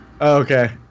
okay